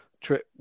trip